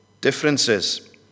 differences